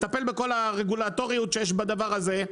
שתטפל בכל הרגולטוריות שיש בדבר הזה,